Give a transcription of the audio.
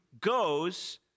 goes